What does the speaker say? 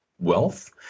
wealth